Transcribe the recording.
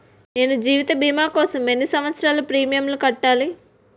నేను జీవిత భీమా కోసం ఎన్ని సంవత్సారాలు ప్రీమియంలు కట్టాలి?